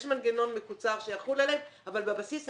יש מנגנון מקוצר שיחול עליהם אבל בבסיס,